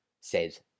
says